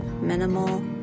minimal